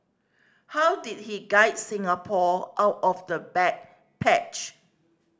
how did he guide Singapore out of the bad patch